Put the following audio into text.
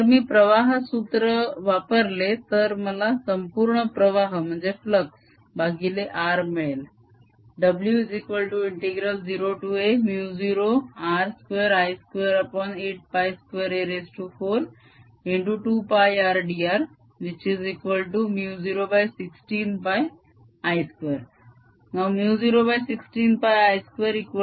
जर मी प्रवाह सूत्र वापरले तर मला संपूर्ण प्रवाह भागिले r मिळेल